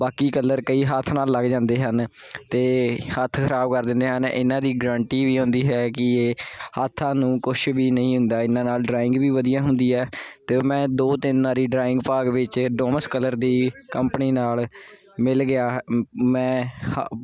ਬਾਕੀ ਕਲਰ ਕਈ ਹੱਥ ਨਾਲ ਲੱਗ ਜਾਂਦੇ ਹਨ ਅਤੇ ਹੱਥ ਖ਼ਰਾਬ ਕਰ ਦਿੰਦੇ ਹਨ ਇਹਨਾਂ ਦੀ ਗਰੰਟੀ ਵੀ ਹੁੰਦੀ ਹੈ ਕਿ ਇਹ ਹੱਥਾਂ ਨੂੰ ਕੁਛ ਵੀ ਨਹੀਂ ਹੁੰਦਾ ਇਹਨਾਂ ਨਾਲ ਡਰਾਇੰਗ ਵੀ ਵਧੀਆ ਹੁੰਦੀ ਹੈ ਅਤੇ ਮੈਂ ਦੋ ਤਿੰਨ ਵਾਰੀ ਡਰਾਇੰਗ ਭਾਗ ਵਿੱਚ ਡੋਮਸ ਕਲਰ ਦੀ ਕੰਪਨੀ ਨਾਲ ਮਿਲ ਗਿਆ ਮੈਂ